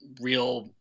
real